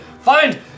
Find